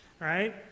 Right